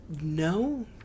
No